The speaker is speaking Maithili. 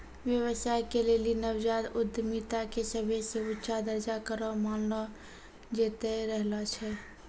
व्यवसाय के लेली नवजात उद्यमिता के सभे से ऊंचा दरजा करो मानलो जैतो रहलो छै